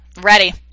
Ready